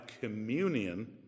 communion